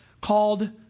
called